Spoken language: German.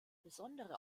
besondere